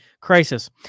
crisis